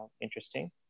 Interesting